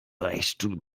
beichtstuhl